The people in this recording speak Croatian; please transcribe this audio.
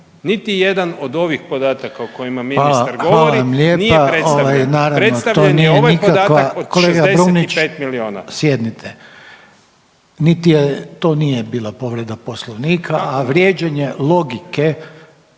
Niti jedan od ovih podataka o kojima ministar govori nije predstavljen.